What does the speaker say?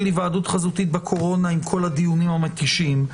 היוועדות חזותית בקורונה עם כל הדיונים המתישים,